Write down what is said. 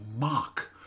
mock